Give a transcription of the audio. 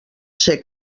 ser